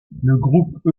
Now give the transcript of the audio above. groupe